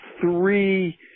three